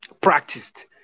practiced